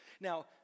Now